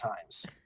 times